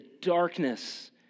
darkness